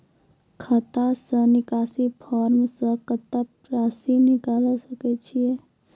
खाता से निकासी फॉर्म से कत्तेक रासि निकाल सकै छिये?